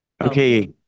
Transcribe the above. Okay